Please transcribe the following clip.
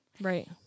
Right